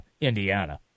Indiana